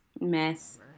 mess